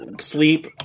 sleep